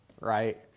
right